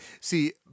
see